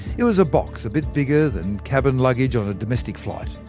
it was a box a bit bigger than cabin luggage on a domestic flight.